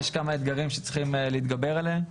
יש כמה אתגרים שצריכים להתגבר עליהם,